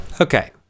Okay